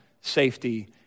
safety